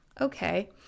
okay